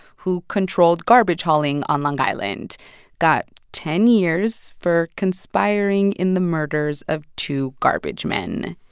who controlled garbage hauling on long island got ten years for conspiring in the murders of two garbagemen.